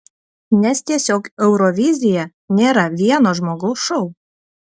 nes tiesiog eurovizija nėra vieno žmogaus šou